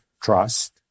Trust